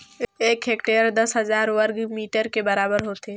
एक हेक्टेयर दस हजार वर्ग मीटर के बराबर होथे